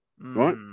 right